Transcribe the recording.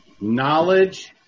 Knowledge